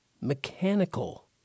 mechanical